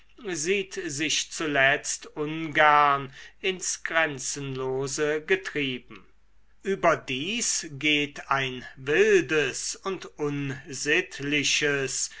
sieht sich zuletzt ungern ins grenzenlose getrieben überdies geht ein wildes und unsittliches